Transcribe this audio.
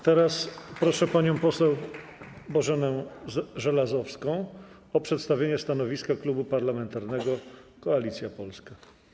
Teraz proszę panią poseł Bożenę Żelazowską o przedstawienie stanowiska Klubu Parlamentarnego Koalicja Polska.